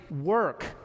work